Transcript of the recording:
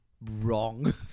wrong